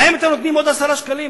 להם אתם נותנים עוד 10 שקלים?